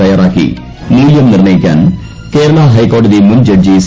തയ്യാറാക്കി മൂലൃം നിർണയിക്കാൻ കേരള ഹൈക്കോടതി മുൻ ജഡ്ജി സി